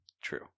True